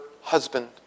husband